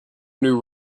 new